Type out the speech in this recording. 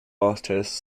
artist